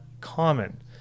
common